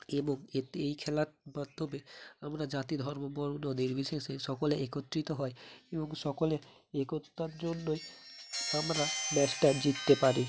এবং এতে এই খেলার মাধ্যমে আমরা জাতি ধর্ম বর্ণ নির্বিশেষে সকলে একত্রিত হয় এবং সকলে একতার জন্যই আমরা ম্যাচটা জিততে পারি